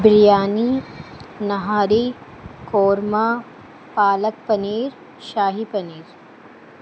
biryani nihari korma palak paneer shahi paneer